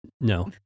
no